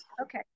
Okay